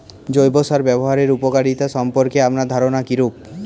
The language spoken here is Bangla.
জৈব সার ব্যাবহারের উপকারিতা সম্পর্কে আপনার ধারনা কীরূপ?